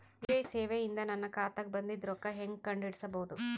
UPI ಸೇವೆ ಇಂದ ನನ್ನ ಖಾತಾಗ ಬಂದಿದ್ದ ರೊಕ್ಕ ಹೆಂಗ್ ಕಂಡ ಹಿಡಿಸಬಹುದು?